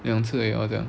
两次而已好像